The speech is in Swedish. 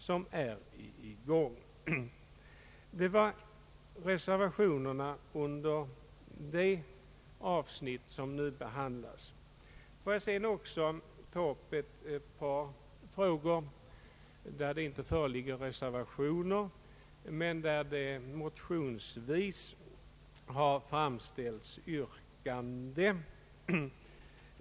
Detta är, herr talman, vad jag har att säga om reservationerna under de avsnitt som nu behandlas. Låt mig sedan också ta upp ett par frågor där det inte föreligger reservationer men där det motionsvis har framställts yrkanden.